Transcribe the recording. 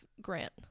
Grant